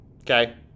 Okay